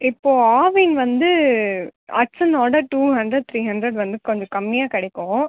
இப்போ ஆவின் வந்து ஹட்சனோடே டூ ஹண்ரட் த்ரீ ஹண்ரட் வந்து கொஞ்சம் கம்மியாக கிடைக்கும்